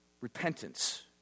Repentance